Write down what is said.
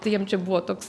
tai jiem čia buvo toks